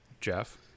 Jeff